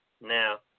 Now